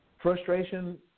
frustration